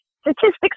statistics